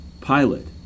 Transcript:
pilot